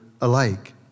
alike